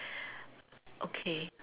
okay